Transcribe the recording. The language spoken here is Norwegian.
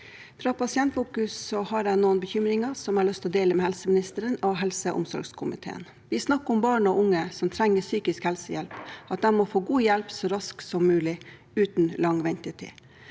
Fra Pasientfokus har jeg noen bekymringer jeg har lyst til å dele med helseministeren og helse- og omsorgskomiteen. Vi snakker om at barn og unge som trenger psykisk helsehjelp, må få god hjelp så raskt som mulig, uten lang ventetid.